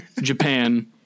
Japan